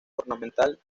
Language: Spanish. ornamental